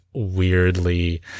weirdly